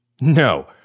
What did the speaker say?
No